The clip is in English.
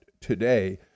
today